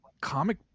comic